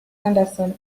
anderson